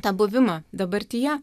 tą buvimą dabartyje